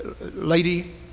lady